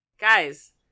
guys